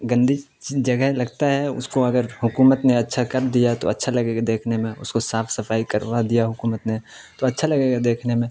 گندی جگہ لگتا ہے اس کو اگر حکومت نے اچھا کر دیا تو اچھا لگے گا دیکھنے میں اس کو صاف صفائی کروا دیا حکومت نے تو اچھا لگے گا دیکھنے میں